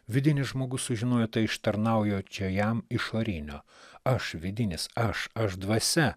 vidinis žmogus sužinojo tai iš tarnaujočia jam išorinio aš vidinis aš aš dvasia